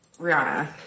Rihanna